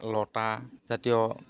লতা জাতীয়